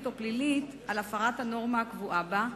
או פלילית על הפרת הנורמה הקבועה בה,